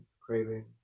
craving